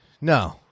No